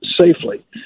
safely